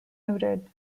noted